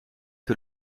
que